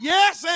Yes